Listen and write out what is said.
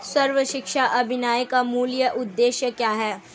सर्व शिक्षा अभियान का मूल उद्देश्य क्या है?